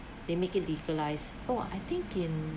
they make it legalized oh I think in